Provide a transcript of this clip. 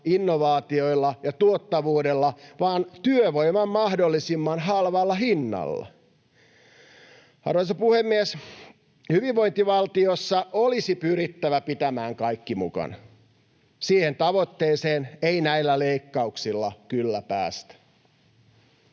innovaatioilla ja tuottavuudella, vaan työvoiman mahdollisimman halvalla hinnalla. Arvoisa puhemies! Hyvinvointivaltiossa olisi pyrittävä pitämään kaikki mukana. Siihen tavoitteeseen ei näillä leikkauksilla kyllä päästä.